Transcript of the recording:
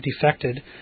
defected